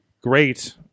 great